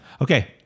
Okay